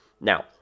Now